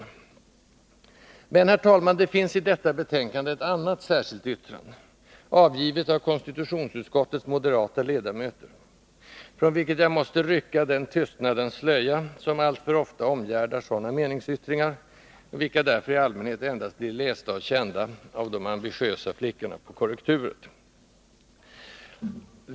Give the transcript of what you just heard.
Men, herr talman, det finns i detta betänkande ett annat särskilt yttrande, avgivet av konstitutionsutskottets moderata ledamöter, från vilket jag måste rycka den tystnadens slöja som alltför ofta omgärdar sådana meningsyttringar, vilka därför i allmänhet endast blir lästa och kända av de ambitiösa flickorna på korrekturet.